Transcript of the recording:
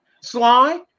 Sly